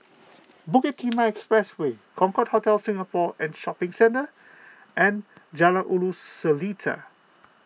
Bukit Timah Expressway Concorde Hotel Singapore and Shopping Centre and Jalan Ulu Seletar